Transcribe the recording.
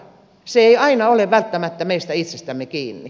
se ei aina ole välttämättä meistä itsestämme kiinni